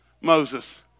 Moses